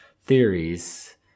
theories